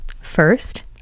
first